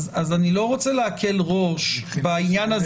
אז אני לא רוצה להקל ראש בעניין הזה